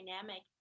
dynamic